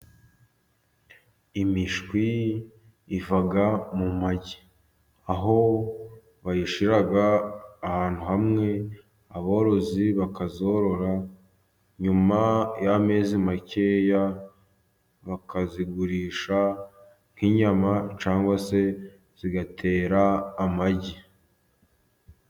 Imishwi iva mu magi, aho bayishyira ahantu hamwe aborozi bakayorora nyuma y'amezi make bakayigurisha nk'inyama cyangwa se igatera amagi.